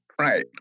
right